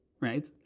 right